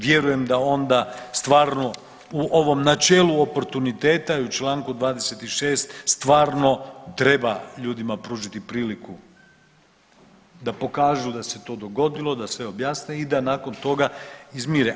Vjerujem da onda stvarno u ovom načelu oportuniteta i u članku 26. stvarno treba ljudima pružiti priliku da pokažu da se to dogodilo, da sve objasne i da nakon toga izmire.